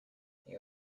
you